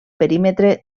perímetre